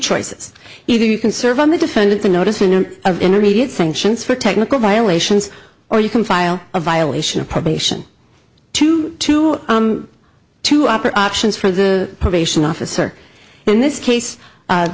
choices either you can serve on the defendant the notice in an intermediate sanctions for technical violations or you can file a violation of probation two to two upper options for the probation officer in this case